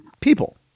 people